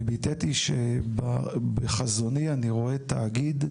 אני ביטאתי שבחזוני אני רואה תאגיד.